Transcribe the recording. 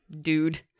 dude